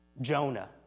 Jonah